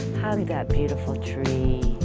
hug that beautiful tree,